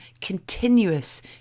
continuous